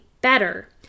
better